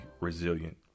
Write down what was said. resilient